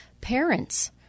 parents